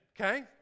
Okay